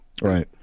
Right